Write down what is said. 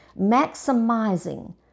maximizing